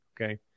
okay